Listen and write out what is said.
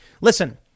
Listen